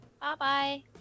Bye-bye